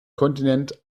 kontinent